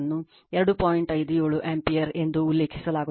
57 ampere ಎಂದು ಉಲ್ಲೇಖಿಸಲಾಗುತ್ತದೆ